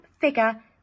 figure